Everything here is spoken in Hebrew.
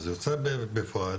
יוצא בפועל